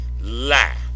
lie